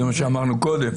זה מה שאמרנו קודם.